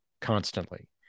constantly